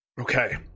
Okay